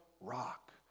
rock